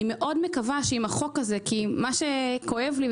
אני מקווה שיתקדם החוק הזה כי מה שכואב לי,